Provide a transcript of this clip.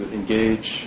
engage